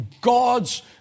God's